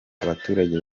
abaturage